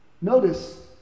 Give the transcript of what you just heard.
Notice